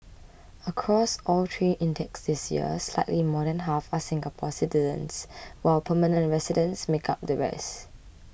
across all three intakes this year slightly more than half are Singapore citizens while permanent residents make up the rest